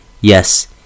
Yes